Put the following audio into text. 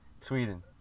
Sweden